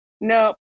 No